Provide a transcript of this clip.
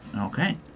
Okay